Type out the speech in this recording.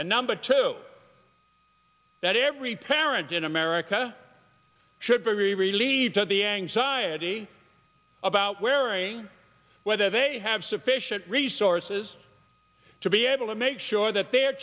and number two that every parent in america should be very relieved to be anxiety about wearing whether they have sufficient resources to be able to make sure that their